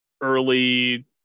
early